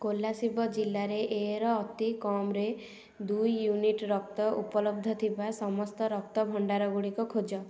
କୋଲାସିବ ଜିଲ୍ଲାରେ ଏ'ର ଅତିକମ୍ରେ ଦୁଇ ୟୁନିଟ୍ ରକ୍ତ ଉପଲବ୍ଧ ଥିବା ସମସ୍ତ ରକ୍ତ ଭଣ୍ଡାର ଗୁଡ଼ିକ ଖୋଜ